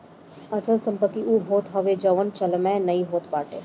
अचल संपत्ति उ होत हवे जवन चलयमान नाइ होत बाटे